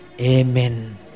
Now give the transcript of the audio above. Amen